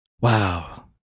Wow